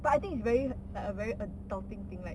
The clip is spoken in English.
but I think it's very li~ like a very adopting thing like